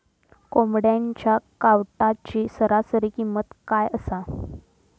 कोंबड्यांच्या कावटाची सरासरी किंमत काय असा?